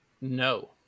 No